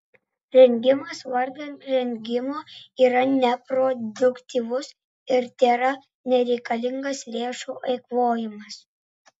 rengimas vardan rengimo yra neproduktyvus ir tėra nereikalingas lėšų eikvojimas